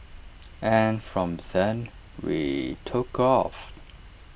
and from then we took off